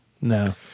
no